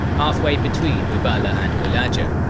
halfway between uballa and walaja.